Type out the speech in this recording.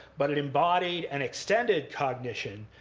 but it embodied an extended cognition,